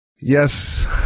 Yes